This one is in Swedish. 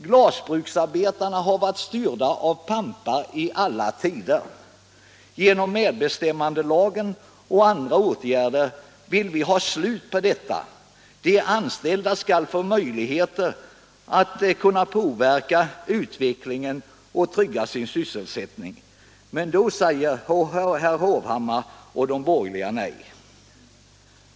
Glasbruksarbetarna har varit styrda av pampar i alla tider. Genom medbestämmandelagen och andra åtgärder vill vi ha slut på detta. De anställda skall få möjligheter att påverka utvecklingen och trygga sin sysselsättning. Men då säger herr Hovhammar och de borgerliga nej.